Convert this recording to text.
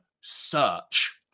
search